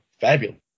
fabulous